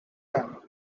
time